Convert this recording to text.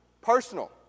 personal